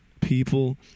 people